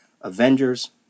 Avengers